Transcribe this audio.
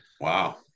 Wow